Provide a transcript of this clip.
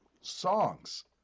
songs